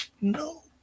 No